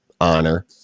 honor